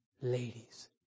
Ladies